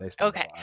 okay